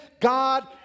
God